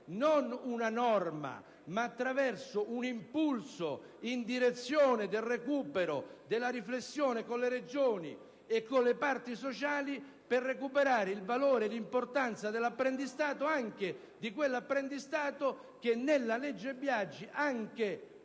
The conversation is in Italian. non una norma ma un impulso in direzione della ripresa della riflessione con le Regioni e con le parti sociali per recuperare il valore e l'importanza dell'apprendistato, anche di quello che nella legge Biagi, in